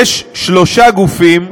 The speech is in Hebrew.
יש שלושה גופים,